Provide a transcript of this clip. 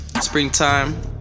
springtime